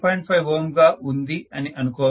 5 Ω గా ఉంది అని అనుకోవచ్చు